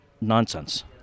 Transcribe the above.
nonsense